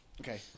Okay